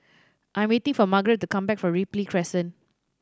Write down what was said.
I am waiting for Margaret to come back from Ripley Crescent